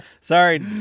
Sorry